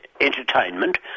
entertainment